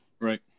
Right